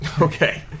okay